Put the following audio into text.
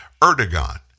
Erdogan